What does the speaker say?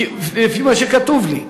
כספים,